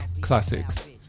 Classics